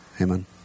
amen